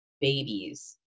babies